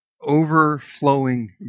overflowing